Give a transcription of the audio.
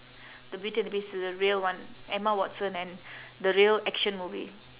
the beauty and the beast the real one emma watson and the real action movie